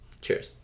Cheers